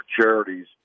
charities